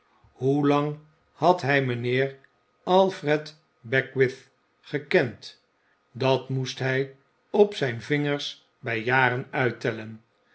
hoe lang had hij mijnheer alfred beckwith gekend dat moest hij op zijn vingers bij jaren uittellen